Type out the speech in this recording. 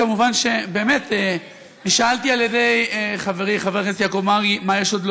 מובן שבאמת נשאלתי על-ידי חברי חבר הכנסת יעקב מרגי מה יש עוד להוסיף,